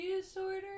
disorder